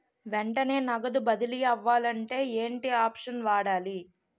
వెంటనే నగదు బదిలీ అవ్వాలంటే ఏంటి ఆప్షన్ వాడాలి?